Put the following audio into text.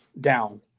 down